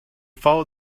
followed